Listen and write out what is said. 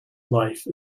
life